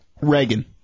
Reagan